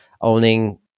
owning